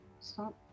stop